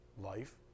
life